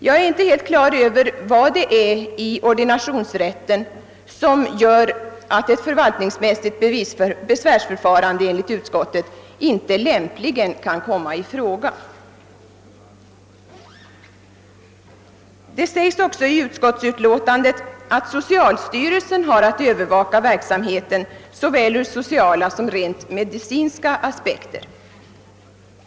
Jag är inte helt på det klara med vad det är i ordinationsrätten som gör att ett förvaltningsmässigt besvärsförfarande enligt utskottet inie lämpligen kan komma i fråga. Det sägs i utlåtandet att socialstyrelsen har att övervaka verksamheten såväl ur sociala som rent medicinska aspekter.